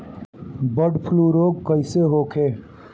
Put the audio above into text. Bird flu रोग कईसे होखे?